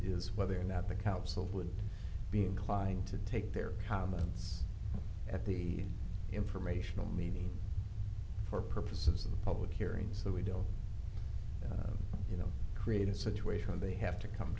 is whether or not the council would be inclined to take their habits at the informational meeting for purposes of public hearings that we don't you know create a situation where they have to come